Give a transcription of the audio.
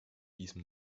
diesen